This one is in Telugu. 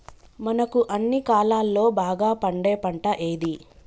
మనకు అన్ని కాలాల్లో బాగా పండే పంట ఏది?